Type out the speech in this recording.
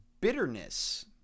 bitterness